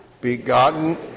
begotten